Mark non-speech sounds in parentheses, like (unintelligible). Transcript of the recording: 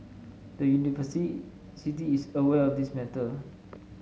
the (unintelligible) is aware of this matter